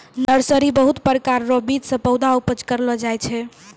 nursery बहुत प्रकार रो बीज से पौधा उपज करलो जाय छै